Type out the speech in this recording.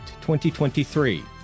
2023